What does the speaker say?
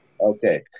Okay